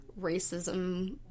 racism